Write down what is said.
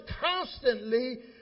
constantly